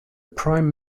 prime